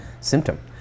symptom